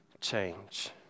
change